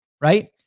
right